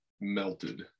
melted